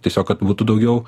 tiesiog kad būtų daugiau